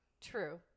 True